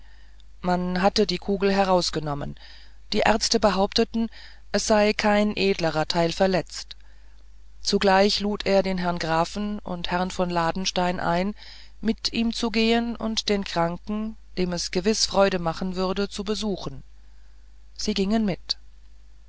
man hatte die kugel herausgenommen die ärzte behaupteten es sei kein edlerer teil verletzt zugleich lud er den grafen und herrn von ladenstein ein mit ihm zu gehen und den kranken dem es gewiß freude machen würde zu besuchen sie gingen mit